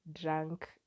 drunk